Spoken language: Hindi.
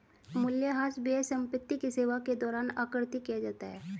मूल्यह्रास व्यय संपत्ति की सेवा के दौरान आकृति किया जाता है